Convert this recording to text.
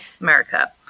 America